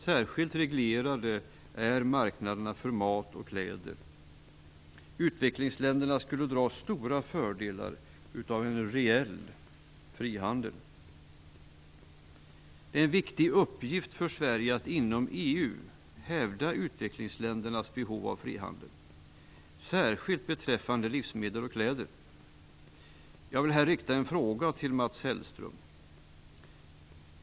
Särskilt reglerade är marknaderna för mat och kläder. Utvecklingsländerna skulle dra stora fördelar av en reell frihandel. Det är en viktig uppgift för Sverige att inom EU hävda utvecklingsländernas behov av frihandel, särskilt beträffande livsmedel och kläder. Jag vill här rikta en fråga till Mats Hellström.